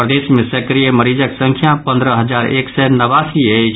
प्रदेश मे सक्रिय मरीजक संख्या पन्द्रह हजार एक सय नवासी अछि